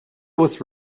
was